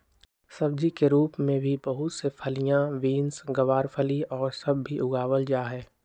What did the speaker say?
सब्जी के रूप में भी बहुत से फलियां, बींस, गवारफली और सब भी उगावल जाहई